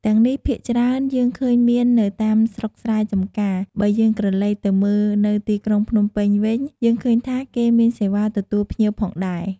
ទាំងនេះភាគច្រើនយើងឃើញមាននៅតាមស្រុកស្រែចំការ បើយើងក្រឡេកទៅមើលនៅទីក្រុងភ្នំពេញវិញ យើងឃើញថាគេមានសេវាទទួលភ្ញៀវផងដែរ។